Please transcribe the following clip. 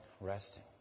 resting